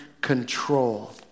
control